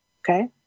Okay